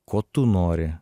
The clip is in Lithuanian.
ko tu nori